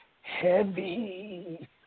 Heavy